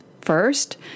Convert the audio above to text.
First